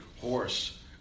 horse